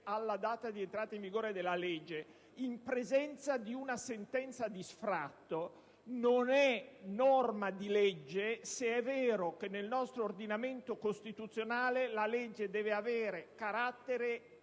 alla data di entrata in vigore della legge, e questo in presenza di una sentenza di sfratto, non è una norma di legge, se è vero che nel nostro ordinamento costituzionale la legge deve avere carattere